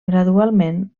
gradualment